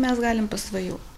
mes galim pasvajot